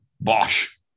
Bosh